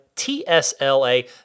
T-S-L-A